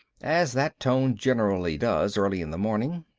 as that tone generally does early in the morning.